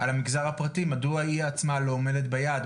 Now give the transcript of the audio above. על המגזר הפרטי, מדוע היא עצמה לא עומדת ביעד.